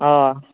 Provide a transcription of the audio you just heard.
ହଁ